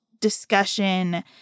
discussion